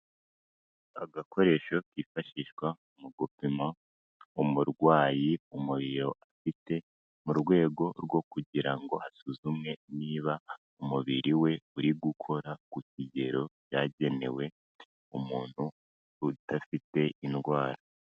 Agakoresho kifashishwa mu gupima umurwayi umuriro afite mu rwego rwo kugira ngo asuzumwe niba umubiri we uri gukora ku kigero byagenewe umuntu udafite indwara.